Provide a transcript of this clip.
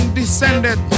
descended